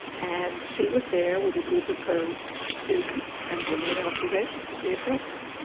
and she was there with a group of her students and they made observations of the eclipse.